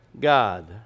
God